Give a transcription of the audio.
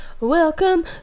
Welcome